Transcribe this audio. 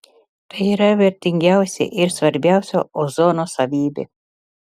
tai yra vertingiausia ir svarbiausia ozono savybė